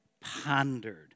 pondered